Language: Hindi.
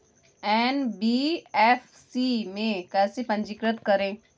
एन.बी.एफ.सी में कैसे पंजीकृत करें?